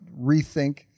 rethink